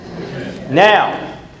Now